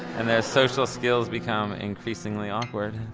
and their social skills become increasingly awkward.